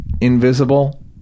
invisible